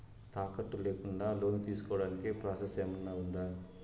తాకట్టు లేకుండా లోను తీసుకోడానికి ప్రాసెస్ ఏమన్నా ఉందా?